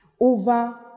over